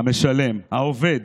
המשלם, העובד,